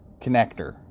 connector